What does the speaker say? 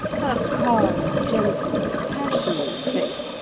her calm, gentle, passionless face,